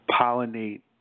pollinate